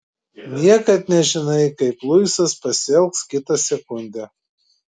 niekad nežinai kaip luisas pasielgs kitą sekundę